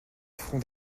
front